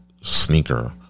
sneaker